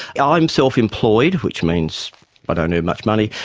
yeah i'm self-employed, which means but and much money.